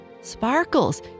Sparkles